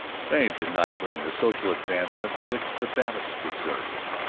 fame did not bring the social advancement which the babbitts deserved.